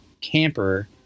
camper